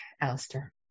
Alistair